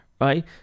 right